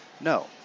No